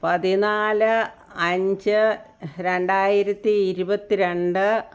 പതിനാല് അഞ്ച് രണ്ടായിരത്തി ഇരുപത്തി രണ്ട്